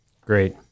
great